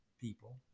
people